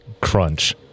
Crunch